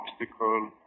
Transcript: obstacle